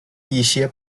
一些